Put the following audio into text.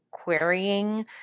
querying